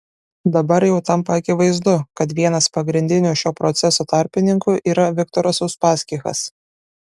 dabar jau tampa akivaizdu kad vienas pagrindinių šio proceso tarpininkų yra viktoras uspaskichas